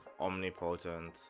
omnipotent